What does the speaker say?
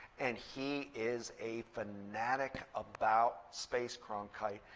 and he is a fanatic about space, cronkite.